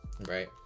right